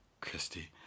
Christy